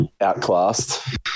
Outclassed